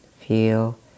feel